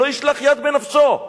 שלא ישלח יד בנפשו.